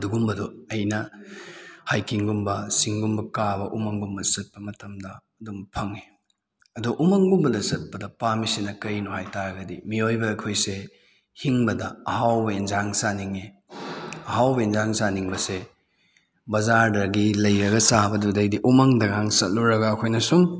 ꯑꯗꯨꯒꯨꯝꯕꯗꯨ ꯑꯩꯅ ꯍꯥꯏꯛꯀꯤꯡꯒꯨꯝꯕ ꯆꯤꯡꯒꯨꯝꯕ ꯀꯥꯕ ꯎꯃꯪꯒꯨꯝꯕ ꯆꯠꯄ ꯃꯇꯝꯗ ꯑꯗꯨꯝ ꯐꯪꯏ ꯑꯗꯣ ꯎꯃꯪꯒꯨꯝꯕꯗ ꯆꯠꯄꯗ ꯄꯥꯝꯂꯤꯁꯤꯅ ꯀꯔꯤꯅꯣ ꯍꯥꯏꯇꯥꯔꯒꯗꯤ ꯃꯤꯑꯣꯏꯕ ꯑꯩꯈꯣꯏꯁꯦ ꯍꯤꯡꯕꯗ ꯑꯍꯥꯎꯕ ꯏꯟꯁꯥꯡ ꯆꯥꯅꯤꯡꯏ ꯑꯍꯥꯎꯕ ꯏꯟꯁꯥꯡ ꯆꯥꯅꯤꯡꯕꯁꯦ ꯕꯥꯖꯥꯔꯗꯒꯤ ꯂꯩꯔꯒ ꯆꯥꯕꯗꯨꯗꯩꯗꯤ ꯎꯃꯪꯗꯒ ꯆꯠꯂꯨꯔꯒ ꯑꯩꯈꯣꯏꯅ ꯁꯨꯝ